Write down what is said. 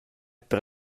per